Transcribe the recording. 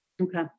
Okay